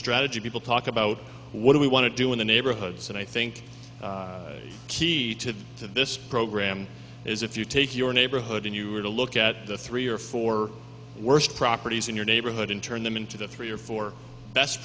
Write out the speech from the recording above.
strategy people talk about what do we want to do in the neighborhoods and i think key to this program is if you take your neighborhood and you are to look at the three or four worst properties in your neighborhood and turn them into the three or four best